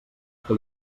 que